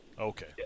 Okay